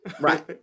Right